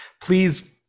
Please